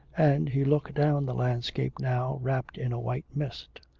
and he looked down the landscape now wrapped in a white mist.